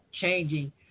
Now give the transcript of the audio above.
changing